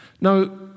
Now